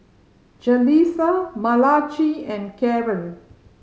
Jaleesa Malachi and Karren